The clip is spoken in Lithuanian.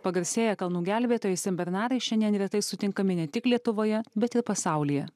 pagarsėję kalnų gelbėtojai senbernarai šiandien retai sutinkami ne tik lietuvoje bet ir pasaulyje